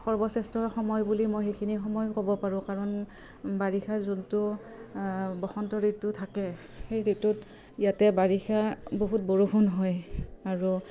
সৰ্বশ্ৰেষ্ঠৰ সময় বুলি মই সেইখিনি সময়ো ক'ব পাৰোঁ কাৰণ বাৰিষাৰ যোনটো বসন্ত ঋতু থাকে সেই ঋতুত ইয়াতে বাৰিষা বহুত বৰষুণ হয় আৰু